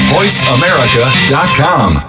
VoiceAmerica.com